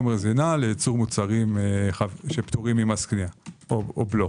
כחומר זינה לייצור מוצרים שפטורים ממס קנייה או בלו.